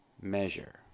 measure